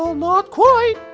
well, not quite!